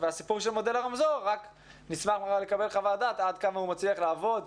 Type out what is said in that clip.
והסיפור של מודל הרמזור נשמח לקבל חוות דעת עד כמה הוא מצליח לעבוד.